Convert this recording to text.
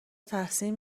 تحسین